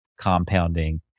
compounding